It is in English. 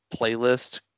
playlist